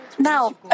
Now